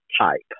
type